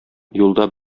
юлда